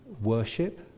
worship